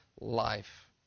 life